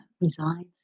resides